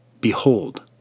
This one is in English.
Behold